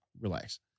relax